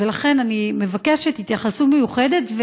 ולכן אני מבקשת התייחסות מיוחדת.